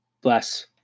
Bless